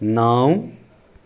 नौ